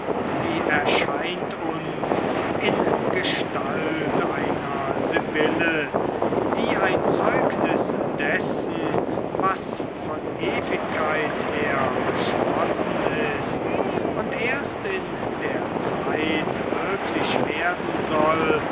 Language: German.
sie erscheint uns in gestalt einer sibylle die ein zeugnis dessen was von der ewigkeit her beschlossen ist und erst in der zeit wirklich werden soll